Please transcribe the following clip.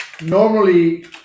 Normally